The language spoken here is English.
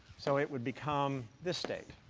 so it would become this state.